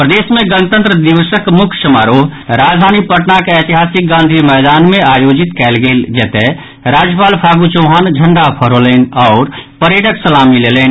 प्रदेश मे गणतंत्र दिवसक मुख्य समारोह राजधानी पटनाक ऐतिहासिक गांधी मैदान मे आयोजित कयल गेल जतय राज्यपाल फागू चौहान झंडा फहरौलनि आ परेडक सलामी लेलनि